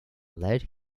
led